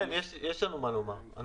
יש לנו מה לומר.